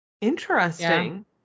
interesting